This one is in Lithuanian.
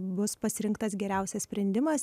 bus pasirinktas geriausias sprendimas